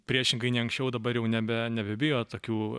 priešingai nei anksčiau dabar jau nebe nebebijo tokių